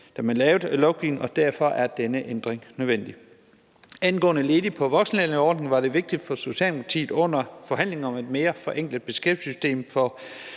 da man lavede lovgivningen, og derfor er denne ændring nødvendig. Angående ledige på voksenlærlingeordningen var det vigtigt for Socialdemokratiet under forhandlingerne om et mere forenklet beskæftigelsessystem for